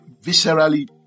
viscerally